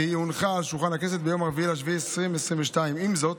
והיא הונחה על שולחן הכנסת ביום 4 ביולי 2022. עם זאת,